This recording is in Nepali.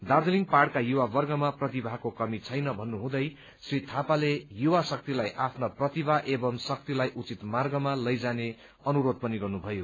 दार्जीलिङ पहाड़मा युवावर्गमा प्रतिभाको कमी छैन भन्नुहुँदै श्री थापाले युवा शक्तिलाई आफ्ना प्रतिभा एवं शक्तिलाई उचित मार्गमा लैजाने अनुरोध पनि गर्नुभयो